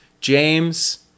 James